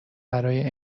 برای